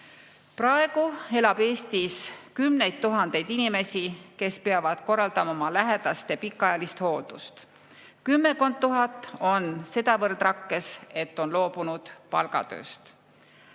Praegu elab Eestis kümneid tuhandeid inimesi, kes peavad korraldama oma lähedaste pikaajalist hooldust. Kümmekond tuhat on sedavõrd rakkes, et on loobunud palgatööst.